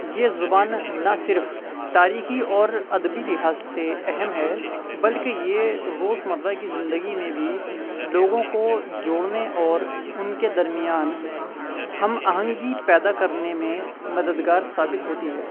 یہ زبان نہ صرف تاریخی اور ادبی لحاظ سے اہم ہے بلکہ یہ روزمرہ کی زندگی میں بھی لوگوں کو جوڑنے اور ان کے درمیان ہم آہنگی پیدا کرنے میں مددگار ثابت ہوتی ہے